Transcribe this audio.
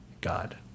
God